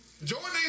Jordan